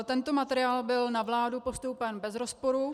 Tento materiál byl na vládu postoupen bez rozporu.